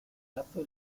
lazo